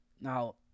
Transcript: Now